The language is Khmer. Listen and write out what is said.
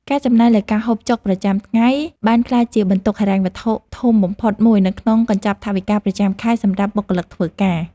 ការចំណាយលើការហូបចុកប្រចាំថ្ងៃបានក្លាយជាបន្ទុកហិរញ្ញវត្ថុធំបំផុតមួយនៅក្នុងកញ្ចប់ថវិកាប្រចាំខែសម្រាប់បុគ្គលិកធ្វើការ។